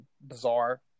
bizarre